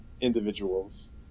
individuals